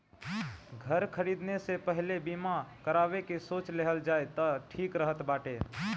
घर खरीदे से पहिले बीमा करावे के सोच लेहल जाए तअ ठीक रहत बाटे